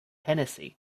hennessy